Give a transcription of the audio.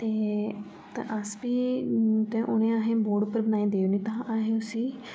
ते अस बी ते उ'नें अहें बोर्ड उप्पर बनाई देइयै ओड़नी ते अहें उसी